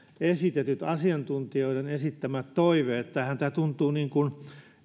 esitetyt asiantuntijoiden esittämät toiveet tähän tämä tällainen tuntuu niin kuin